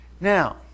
Now